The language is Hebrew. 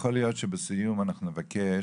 יכול להיות שבסיום אנחנו נבקש,